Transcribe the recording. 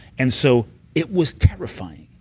and so it was terrifying,